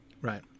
right